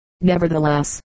nevertheless